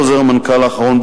בחוזר המנכ"ל האחרון,